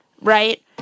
right